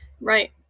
Right